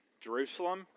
Jerusalem